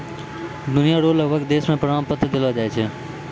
दुनिया रो लगभग देश मे प्रमाण पत्र देलो जाय छै